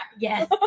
Yes